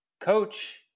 Coach